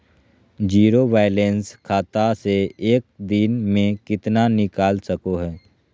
Zero balance खाता से एक दिन में कितना निकाल सको है?